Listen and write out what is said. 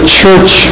church